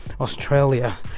Australia